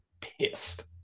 pissed